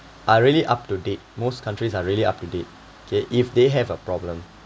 are really up to date most countries are really up to date okay if they have a problem